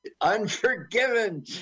Unforgiven